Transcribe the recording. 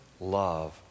love